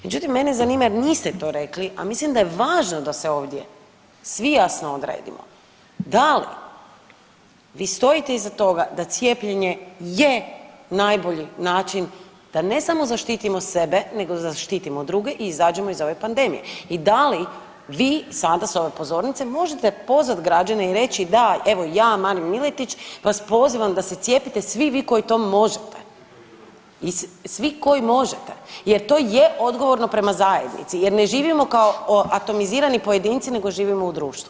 Međutim, mene zanima jer niste to rekli, a mislim da je važno da se ovdje svi jasno odredimo da li vi stojite iza toga da cijepljenje je najbolji način da ne samo zaštitimo sebe nego da zaštitimo druge i izađemo iz ove pandemije i da li vi sada s ove pozornice možete pozvat građane i reći da, evo ja Marin Miletić vas pozivam da se cijepite svi vi koji to možete, svi koji možete, jer to je odgovorno prema zajednici, jer ne živimo kao atomizirani pojedinci nego živimo u društvu.